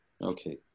Okay